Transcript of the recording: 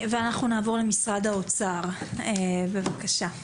אנחנו נעבור למשרד האוצר, בבקשה.